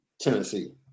Tennessee